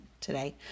today